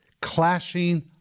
clashing